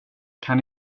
kan